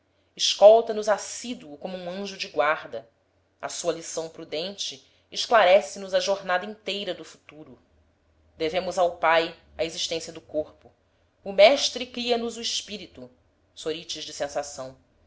terra escolta nos assíduo como um anjo da guarda a sua lição prudente esclarece nos a jornada inteira do futuro devemos ao pai a existência do corpo o mestre cria nos o espírito